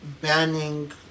banning